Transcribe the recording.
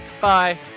Bye